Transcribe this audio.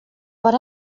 what